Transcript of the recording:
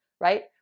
right